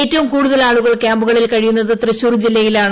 ഏറ്റവും കൂടുതൽ പേർ കൃാമ്പുകളിൽ കഴിയുന്നത് തൃശൂർ ജില്ലയിലാണ്